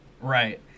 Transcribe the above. Right